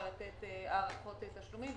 לתת הארכות תשלומים.